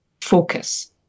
focus